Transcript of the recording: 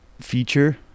feature